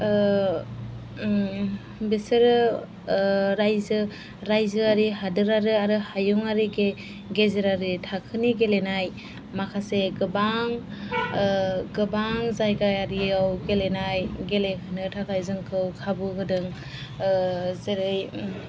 बिसोरो रायजोआरि हादोरारि आरो हायुंआरि गेजेरारि थाखोनि गेलेनाय माखासे गोबां गोबां जायगायारिआव गेलेनाय गेलेहैनो थाखाय जोंखौ खाबु होदों जेरै